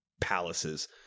palaces